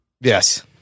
Yes